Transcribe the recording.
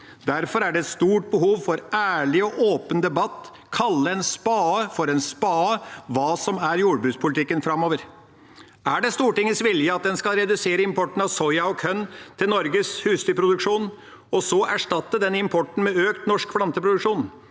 Derfor er det stort behov for ærlig og åpen debatt – å kalle en spade for en spade – om hva som er jordbrukspolitikken framover. Er det Stortingets vilje at en skal redusere importen av soya og korn til Norges husdyrproduksjon, og så erstatte den importen med økt norsk planteproduksjon,